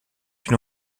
une